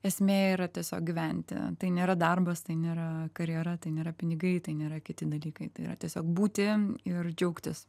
esmė yra tiesiog gyventi tai nėra darbas tai nėra karjera tai nėra pinigai tai nėra kiti dalykai tai yra tiesiog būti ir džiaugtis